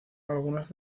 algunas